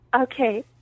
Okay